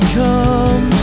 come